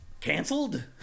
Canceled